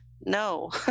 no